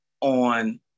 on